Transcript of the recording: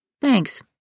thanks